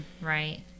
right